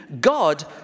God